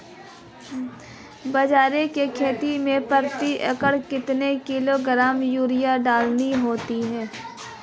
बाजरे की खेती में प्रति एकड़ कितने किलोग्राम यूरिया डालनी होती है?